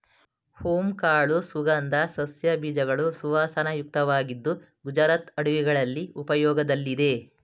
ಓಂ ಕಾಳು ಸುಗಂಧ ಸಸ್ಯ ಬೀಜಗಳು ಸುವಾಸನಾಯುಕ್ತವಾಗಿದ್ದು ಗುಜರಾತ್ ಅಡುಗೆಗಳಲ್ಲಿ ಉಪಯೋಗದಲ್ಲಿದೆ